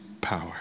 power